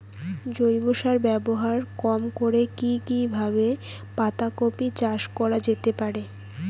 জৈব সার ব্যবহার কম করে কি কিভাবে পাতা কপি চাষ করা যেতে পারে?